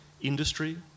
industry